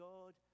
God